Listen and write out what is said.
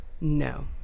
No